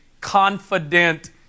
confident